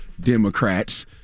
Democrats